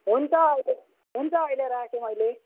हुन्छ अहिले हुन्छ अहिले राखेँ मैले